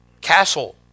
castle